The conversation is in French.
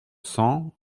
cent